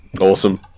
Awesome